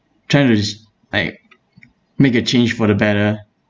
trying to sh~ like make a change for the better